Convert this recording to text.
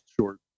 short